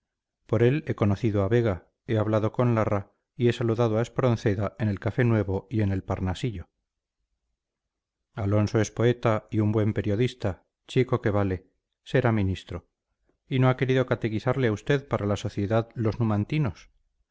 por él he conocido a vega he hablado con larra y he saludado a espronceda en el café nuevo y en el parnasillo alonso es poeta y un buen periodista chico que vale será ministro y no ha querido catequizarle a usted para la sociedad los